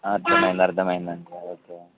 అర్థమైంద అర్థమైంది అండి ఓకే